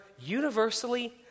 universally